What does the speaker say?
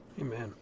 Amen